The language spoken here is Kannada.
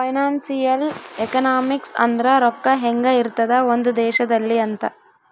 ಫೈನಾನ್ಸಿಯಲ್ ಎಕನಾಮಿಕ್ಸ್ ಅಂದ್ರ ರೊಕ್ಕ ಹೆಂಗ ಇರ್ತದ ಒಂದ್ ದೇಶದಲ್ಲಿ ಅಂತ